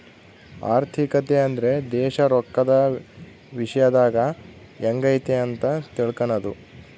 ಆರ್ಥಿಕತೆ ಅಂದ್ರೆ ದೇಶ ರೊಕ್ಕದ ವಿಶ್ಯದಾಗ ಎಂಗೈತೆ ಅಂತ ತಿಳ್ಕನದು